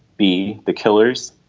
b, the killers,